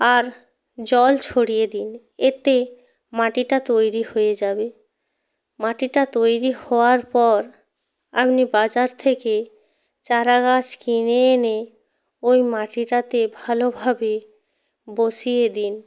আর জল ছড়িয়ে দিন এতে মাটিটা তৈরি হয়ে যাবে মাটিটা তৈরি হওয়ার পর আপনি বাজার থেকে চারাগাছ কিনে এনে ওই মাটিটাতে ভালোভাবে বসিয়ে দিন